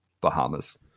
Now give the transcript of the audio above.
Bahamas